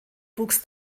wuchs